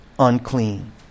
unclean